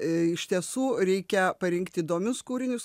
iš tiesų reikia parinkti įdomius kūrinius